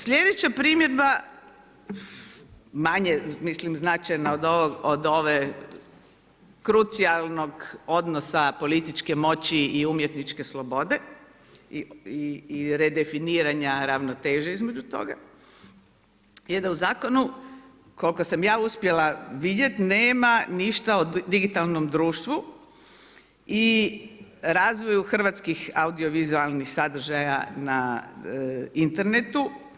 Slijedeća primjedba, manje mislim značajna od ovog krucijalnog odnosa političke moći i umjetničke slobode i redefiniranja ravnoteže između toga je da u Zakonu, koliko sam ja uspjela vidjeti nema ništa o digitalnom društvu i razvoju hrvatskih audio-vizualnih sadržaja na internetu.